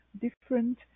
different